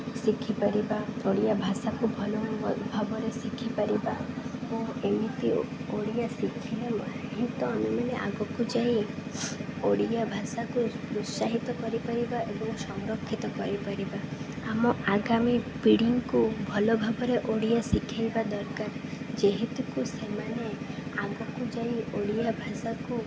ଶିଖିପାରିବା ଓଡ଼ିଆ ଭାଷାକୁ ଭଲ ଭାବରେ ଶିଖିପାରିବା ଓ ଏମିତି ଓଡ଼ିଆ ଶିଖିଲେ ହିଁ ତ ଆମେମାନେ ଆଗକୁ ଯାଇ ଓଡ଼ିଆ ଭାଷାକୁ ପ୍ରୋତ୍ସାହିତ କରିପାରିବା ଏବଂ ସଂରକ୍ଷିତ କରିପାରିବା ଆମ ଆଗାମୀ ପିଢ଼ିଙ୍କୁ ଭଲ ଭାବରେ ଓଡ଼ିଆ ଶିଖାଇବା ଦରକାର ଯେମିତିକି ସେମାନେ ଆଗକୁ ଯାଇ ଓଡ଼ିଆ ଭାଷାକୁ